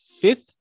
fifth